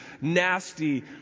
nasty